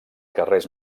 carrers